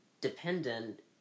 dependent